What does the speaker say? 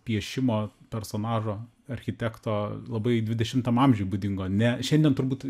piešimo personažo architekto labai dvidešimtam amžiui būdingo ne šiandien turbūt